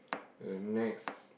the next